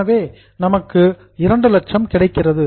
எனவே நமக்கு 200000 கிடைக்கிறது